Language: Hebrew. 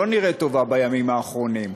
לא נראית טובה בימים האחרונים,